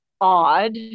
odd